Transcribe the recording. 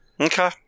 Okay